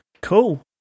Cool